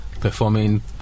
performing